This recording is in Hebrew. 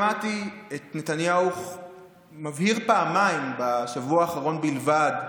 שמעתי את נתניהו מבהיר פעמיים בשבוע האחרון בלבד,